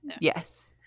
Yes